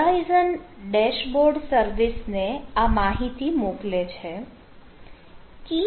Horizon dashboard સર્વિસને આ માહિતી મોકલે છે